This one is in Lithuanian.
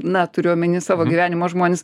na turiu omeny savo gyvenimo žmonės